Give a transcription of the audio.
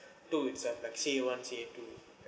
two is like like C_A one C_A two